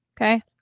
okay